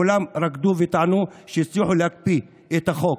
כולם רקדו וטענו שהצליחו להקפיא את החוק,